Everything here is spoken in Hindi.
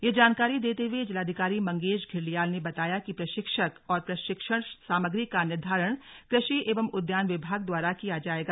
यह जानकारी देते हुए जिलाधिकारी मंगेश धिल्डियाल ने बताया कि प्रशिक्षक और प्रशिक्षण सामग्री का निर्धारण कृषि एंव उद्यान विभाग द्वारा किया जाएगा